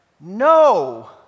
no